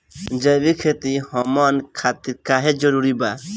जैविक खेती हमन खातिर काहे जरूरी बा?